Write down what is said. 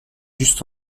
just